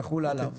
זה יחול עליו.